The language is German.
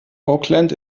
auckland